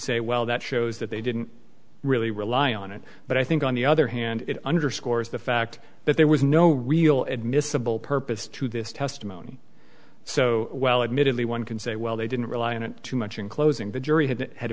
say well that shows that they didn't really rely on it but i think on the other hand it underscores the fact that there was no real admissible purpose to this testimony so well admittedly one can say well they didn't rely on it too much in closing the jury had